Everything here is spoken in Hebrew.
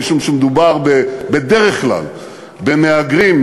משום שמדובר בדרך כלל במהגרים,